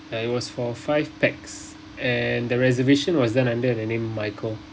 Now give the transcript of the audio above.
and it was for five pax and the reservation was done under the name michael